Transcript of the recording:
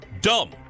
dumb